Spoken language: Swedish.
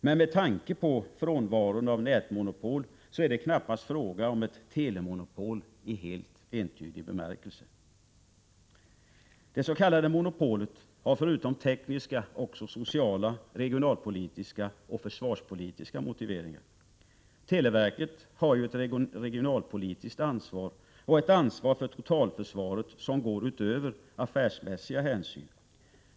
Men med tanke på frånvaron av nätmonopol är det knappast fråga om ett telemonopol i helt entydig bemärkelse. Det s.k. monopolet har förutom tekniska också sociala, regionalpolitiska och försvarspolitiska motiveringar. Televerket har ju ett regionalpolitiskt ansvar och ett ansvar för totalförsvaret som går utöver affärsmässiga hänsyn.